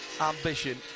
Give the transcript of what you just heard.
ambition